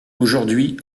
aujourd’hui